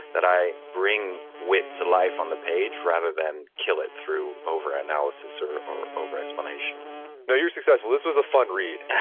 that i bring wit to life on the page rather than kill it through over analysis or or over explanation no, you're successful. this was a fun read.